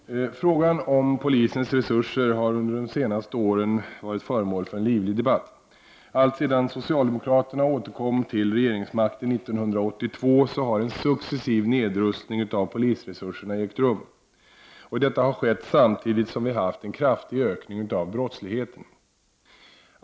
Herr talman! Frågan om polisens resurser har under de senaste åren varit föremål för en livlig debatt. Alltsedan socialdemokraterna återkom till regeringsmakten 1982 har en successiv nedrustning av polisresurserna ägt rum. Detta har skett samtidigt som vi har haft en kraftig ökning av brottsligheten.